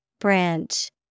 Branch